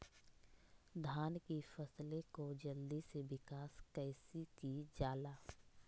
धान की फसलें को जल्दी से विकास कैसी कि जाला?